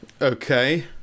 Okay